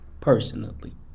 personally